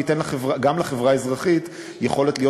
וייתן גם לחברה האזרחית יכולת להיות